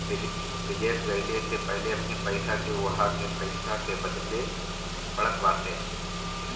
विदेश गईला से पहिले अपनी पईसा के उहवा के पईसा में बदले के पड़त बाटे